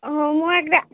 ହଉ ମୁଁ